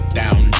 down